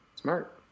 Smart